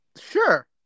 Sure